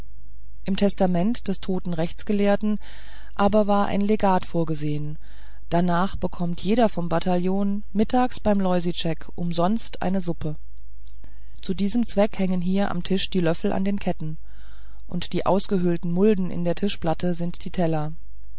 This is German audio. im testament des toten rechtsgelehrten aber war ein legat vorgesehen danach bekommt jeder vom bataillon mittags beim loisitschek umsonst eine suppe zu diesem zwecke hängen hier am tisch die löffel an den ketten und die ausgehöhlten mulden in der tischplatte sind die teller